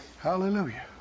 Hallelujah